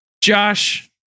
Josh